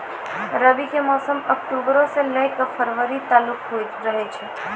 रबी के मौसम अक्टूबरो से लै के फरवरी तालुक रहै छै